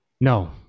no